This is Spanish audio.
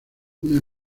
una